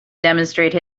demonstrate